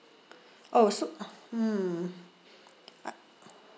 oh so ah hmm